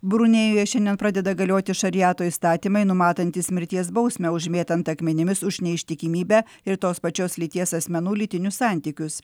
brunėjuje šiandien pradeda galioti šariato įstatymai numatantys mirties bausmę užmėtant akmenimis už neištikimybę ir tos pačios lyties asmenų lytinius santykius